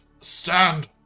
stand